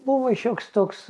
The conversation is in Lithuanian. buvo šioks toks